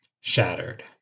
shattered